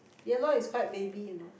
yellow is quite baby you know